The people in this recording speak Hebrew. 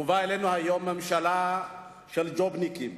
הובאה אלינו היום ממשלה של ג'ובניקים.